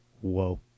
whoa